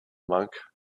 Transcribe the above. monk